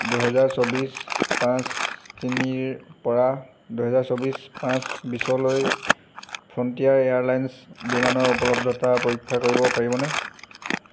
দুহেজাৰ চৌব্বিছ পাঁচ তিনিৰ পৰা দুহেজাৰ চৌব্বিছ পাঁচ বিশলৈ ফ্ৰণ্টিয়াৰ এয়াৰলাইন্স বিমানৰ উপলব্ধতা পৰীক্ষা কৰিব পাৰিবনে